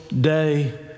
day